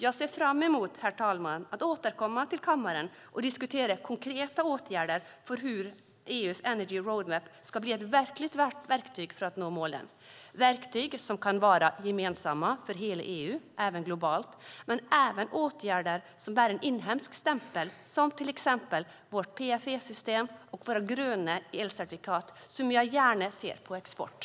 Jag ser fram emot att återkomma till kammaren och diskutera konkreta åtgärder i fråga om hur EU:s Energy Roadmap ska bli ett verkligt verktyg för att nå målen. Verktygen kan vara gemensamma för hela EU och även globala men även åtgärder som bär en inhemsk stämpel som till exempel vårt PFE-system och våra gröna elcertifikat som jag gärna ser på export.